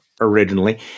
originally